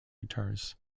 guitars